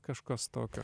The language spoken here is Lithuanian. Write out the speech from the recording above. kažkas tokio